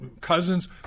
cousins